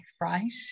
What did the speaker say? right